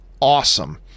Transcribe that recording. Awesome